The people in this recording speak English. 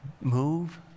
move